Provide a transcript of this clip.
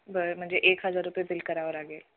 बरं म्हणजे एक हजार रुपये बिल करावं लागेल